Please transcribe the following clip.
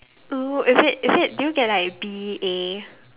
oh is it is it did you get like B A